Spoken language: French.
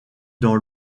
dans